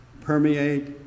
permeate